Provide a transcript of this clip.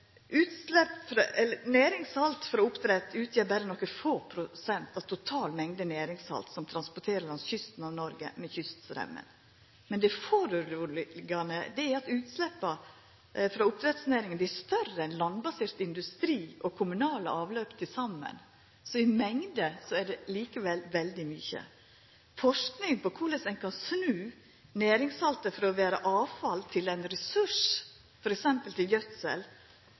frå oppdrett utgjer berre nokre få prosent av total mengd næringssalt som vert transportert langs kysten av Noreg med kyststraumen. Men det urovekkjande er at utsleppa frå oppdrettsnæringa er større enn utsleppa frå landbasert industri og kommunale avløp til saman. I mengd er det likevel veldig mykje. Forsking på korleis ein kan snu næringssaltet frå å vera avfall til å vera ein ressurs, f.eks. som gjødsel,